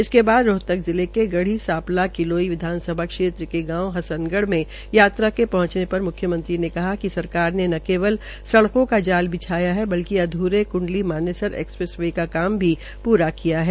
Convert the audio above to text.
इसके बाद रोहतक जिले के गढ़ी सांपला किलोई विधानसभा क्षेत्र के गांव हमनगढ़ के यात्रा के पहंचने पर म्ख्यमंत्री ने कहा कि सरकार ने न केवल सड़कों का जाल बिछाया है बल्कि अध्रे क्डली मानेसर एक्सप्रेस वे का काम भी पूरा किया है